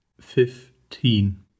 fifteen